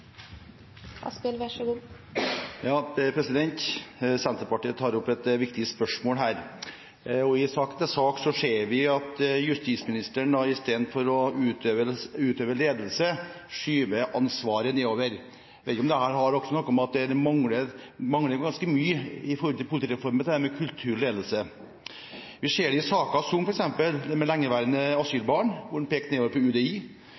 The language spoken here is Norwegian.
Senterpartiet tar opp et viktig spørsmål her. I sak etter sak ser vi at justisministeren istedenfor å utøve ledelse skyver ansvaret nedover. Jeg vet ikke om dette også har noe med at det mangler ganske mye når det gjelder politireformen, på dette med kultur og ledelse. Vi ser det i saker som f.eks. lengeværende asylbarn, hvor han pekte nedover på UDI,